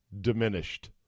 diminished